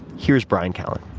here's bryan callen.